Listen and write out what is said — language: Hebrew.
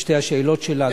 בשתי השאלות שלה,